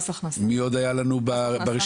מי עוד היה לנו ברשימה?